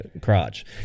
crotch